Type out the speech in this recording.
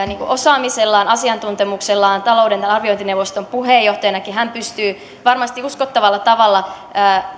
osaamisellaan asiantuntemuksellaan talouden arviointineuvoston puheenjohtajanakin hän pystyy varmasti uskottavalla tavalla